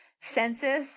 census